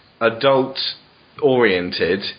adult-oriented